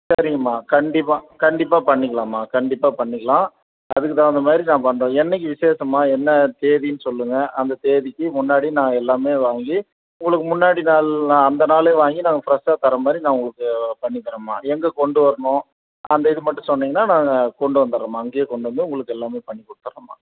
சரிங்கம்மா கண்டிப்பாக கண்டிப்பாக பண்ணிக்கலாமா கண்டிப்பாக பண்ணிக்கலாம் அதுக்கு தகுந்த மாதிரி நான் பண்ணுறேன் என்றைக்கு விசேஷம்மா என்ன தேதின்னு சொல்லுங்க அந்த தேதிக்கு முன்னாடி நான் எல்லாமே வாங்கி உங்களுக்கு முன்னாடி நாள் நான் அந்த நாளே வாங்கி நாங்கள் ஃப்ரெஷ்ஷாக தர மாதிரி நான் உங்களுக்கு பண்ணி தரேம்மா எங்கள் கொண்டு வரணும் அந்த இது மட்டும் சொன்னிங்கன்னால் நாங்கள் கொண்டு வந்துடறோம்மா அங்கேயே கொண்டு வந்து உங்களுக்கு எல்லாமே பண்ணி கொடுத்துட்றோம்மா